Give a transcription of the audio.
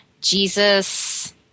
Jesus